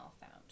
found